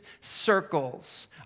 circles